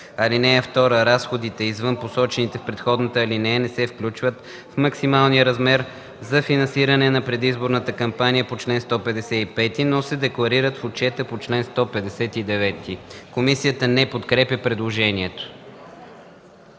(2) Разходите, извън посочените в предходната алинея, не се включват в максималния размер за финансиране па предизборната кампания по чл. 155, но се декларират в отчета по чл. 159”.” Комисията не подкрепя предложението.